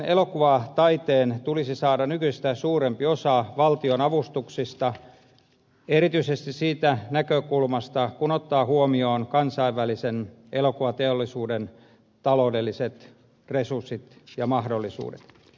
suomalaisen elokuvataiteen tulisi saada nykyistä suurempi osa valtionavustuksista erityisesti siitä näkökulmasta kun ottaa huomioon kansainvälisen elokuvateollisuuden taloudelliset resurssit ja mahdollisuudet